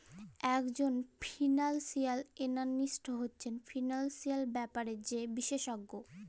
ইকজল financial analyst হছে financial ব্যাপারে যে বিশেষজ্ঞ